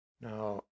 Now